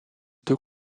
deux